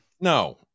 No